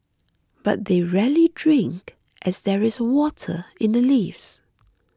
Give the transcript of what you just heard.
but they rarely drink as there is water in the leaves